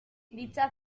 dicha